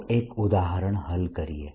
ચાલો એક ઉદાહરણ હલ કરીએ